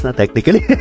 technically